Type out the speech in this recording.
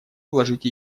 вложить